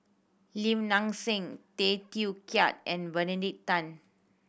Lim Nang Seng Tay Teow Kiat and Benedict Tan